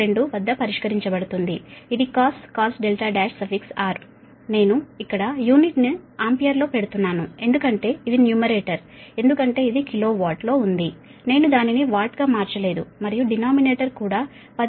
2 వద్ద పరిష్కరించబడుతుంది ఇది cos R1 నేను ఇక్కడ యూనిట్ను ఆంపియర్లో పెడుతున్నాను ఎందుకంటే ఇది న్యూమరేటర్ ఎందుకంటే ఇది కిలో వాట్ లో ఉంది నేను దానిని వాట్ గా మార్చలేదు మరియు డినామినేటర్ కూడా 10